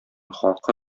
хакы